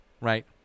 right